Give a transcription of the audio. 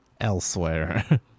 elsewhere